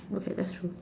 okay that's true